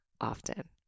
often